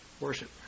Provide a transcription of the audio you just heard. worship